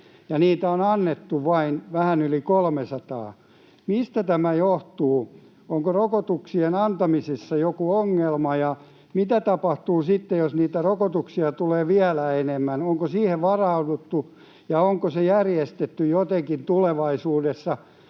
niitä on annettu vain vähän yli 300 000. Mistä tämä johtuu? Onko rokotuksien antamisissa joku ongelma? Mitä tapahtuu sitten, jos niitä rokotuksia tulee vielä enemmän? Onko siihen varauduttu, ja onko se järjestetty jotenkin tulevaisuudessa?